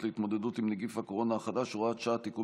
להתמודדות עם נגיף הקורונה החדש (הוראת שעה) (תיקון